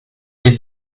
est